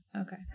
Okay